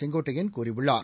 செங்கோட்டையள் கூறியுள்ளார்